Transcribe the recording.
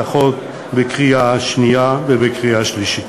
החוק בקריאה השנייה ובקריאה השלישית.